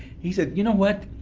he said, you know what?